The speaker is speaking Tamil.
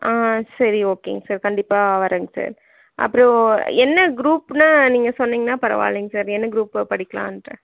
ஆ சரி ஓகேங்க சார் கண்டிப்பாக வரேங்க சார் அப்புறோம் என்ன குரூப்னா நீங்கள் சொன்னீங்கன்னா பரவாயில்லைங்க சார் என்ன குரூப்பு படிக்கலாம்ட்டு